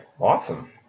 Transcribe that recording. awesome